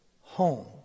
home